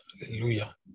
Hallelujah